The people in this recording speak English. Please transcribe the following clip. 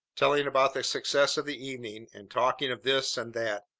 telling about the success of the evening and talking of this and that,